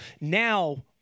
Now